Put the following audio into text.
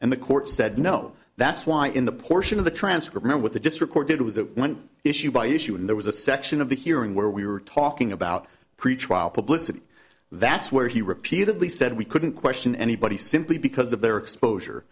and the court said no that's why in the portion of the transcript what the district court did was a one issue by issue and there was a section of the hearing where we were talking about pretrial publicity that's where he repeatedly said we couldn't question anybody simply because of their exposure